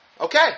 okay